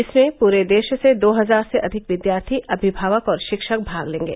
इसमें पूरे देश से दो हजार से अधिक विद्यार्थी अमिमावक और शिक्षक भाग लेंगे